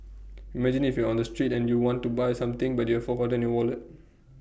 imagine if you're on the street and you want to buy something but you've forgotten your wallet